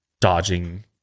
Dodging